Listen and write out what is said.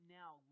now